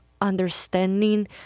understanding